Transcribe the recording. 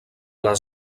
les